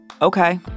okay